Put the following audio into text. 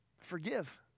forgive